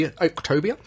October